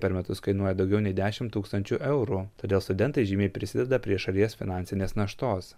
per metus kainuoja daugiau nei dešim tūkstančių eurų todėl studentai žymiai prisideda prie šalies finansinės naštos